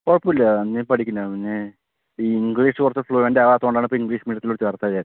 കുഴപ്പമില്ല നന്നായി പഠിക്കുന്നതാണ് പിന്നെ ഈ ഇംഗ്ലീഷ് കുറച്ചു ഫ്ലുവൻറ് ആകാത്ത കൊണ്ടാണിപ്പോൾ ഇംഗ്ലീഷ് മീഡിയത്തിലോട്ട് ചേർത്തത് ഞാൻ